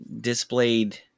displayed